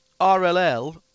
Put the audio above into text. rll